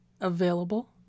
available